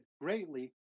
greatly